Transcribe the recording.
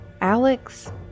Alex